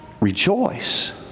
rejoice